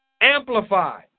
amplify